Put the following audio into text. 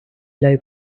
low